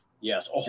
Yes